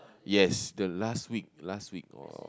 yes the last week the last week or